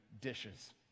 dishes